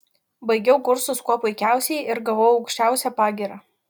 baigiau kursus kuo puikiausiai ir gavau aukščiausią pagyrą